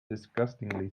disgustingly